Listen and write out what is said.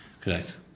correct